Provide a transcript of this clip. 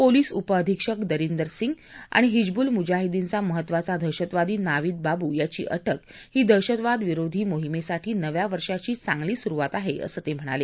police उपअधिक्षक दरिंदर सिंग आणि हिजबूल मुजाहिदचा महत्त्वाचा दहशतवादी नावीद बाबू यांची अाऊ ही दहशतवादविरोधी माहिमेसाठी नव्या वर्षाची चांगली सुरुवात आहे असं ते म्हणाले